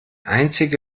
einzige